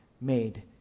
made